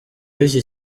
w’iki